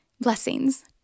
Blessings